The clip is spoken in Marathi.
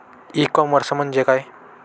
ई कॉमर्स म्हणजे काय?